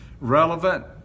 relevant